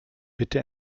bitte